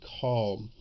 call